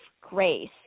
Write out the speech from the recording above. Grace